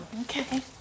okay